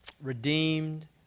redeemed